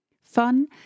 Fun